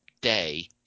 day